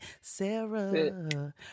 Sarah